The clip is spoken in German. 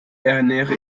ernähre